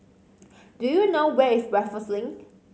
do you know where is Raffles Link